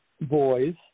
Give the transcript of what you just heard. boys